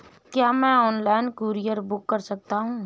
क्या मैं online courier book कर सकता हूँ?